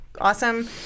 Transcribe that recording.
awesome